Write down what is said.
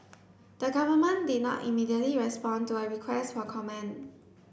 the government did not immediately respond to a request for comment